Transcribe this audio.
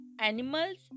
animals